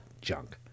junk